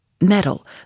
metal